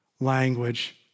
language